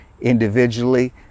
individually